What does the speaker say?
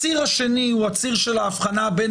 הציר השני הוא הציר של ההבחנה בין